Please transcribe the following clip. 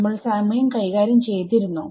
നമ്മൾ സമയം കൈകാര്യം ചെയ്തിരുന്നോ